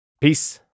Peace